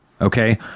Okay